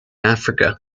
africa